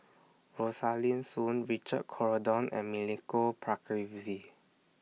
Rosaline Soon Richard Corridon and Milenko Prvacki